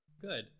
good